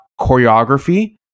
choreography